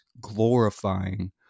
glorifying